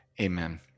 amen